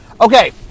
Okay